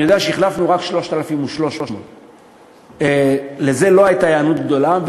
אני יודע שהחלפנו רק 3,300. לזה לא הייתה היענות גדולה.